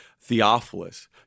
Theophilus